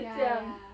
ya ya ya